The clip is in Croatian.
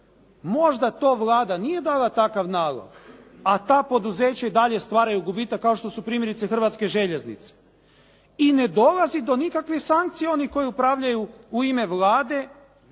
Možda to Vlada nije dala takav nalog, a ta poduzeća i dalje stvaraju gubitak kao što su primjerice Hrvatske željeznice. I ne dolazi do nikakve sankcije oni koji upravljaju u ime Vlade